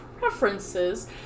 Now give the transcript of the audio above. preferences